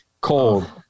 cold